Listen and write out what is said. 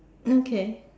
okay